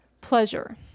pleasure